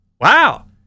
Wow